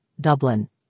Dublin